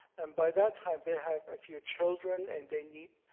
and by that time, they have a few children and they need